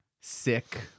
Sick